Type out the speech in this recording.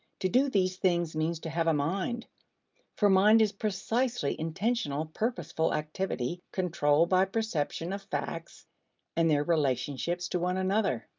to do these things means to have a mind for mind is precisely intentional purposeful activity controlled by perception of facts and their relationships to one another.